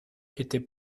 était